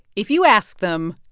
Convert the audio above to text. if you ask them,